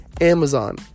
amazon